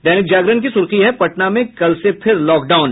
दैनिक जागरण की सुर्खी है पटना में कल से फिर लॉकडाउन